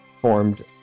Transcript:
formed